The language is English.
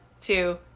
two